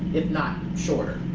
if not shorter.